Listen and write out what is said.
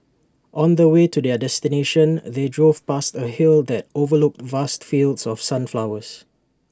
on the way to their destination they drove past A hill that overlooked vast fields of sunflowers